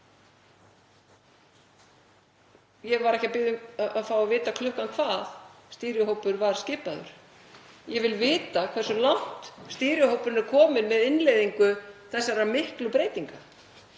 Ég var ekki að biðja um að fá að vita klukkan hvað stýrihópur var skipaður. Ég vil vita hversu langt stýrihópurinn er kominn með innleiðingu þessara miklu breytinga.